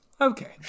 okay